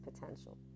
potential